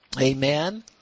Amen